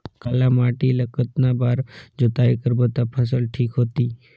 काली माटी ला कतना बार जुताई करबो ता फसल ठीक होती?